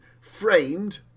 framed